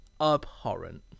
abhorrent